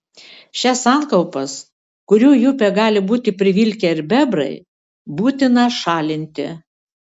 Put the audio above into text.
šias sankaupas kurių į upę gali būti privilkę ir bebrai būtina šalinti